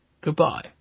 goodbye